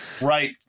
Right